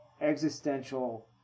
existential